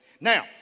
Now